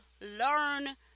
learn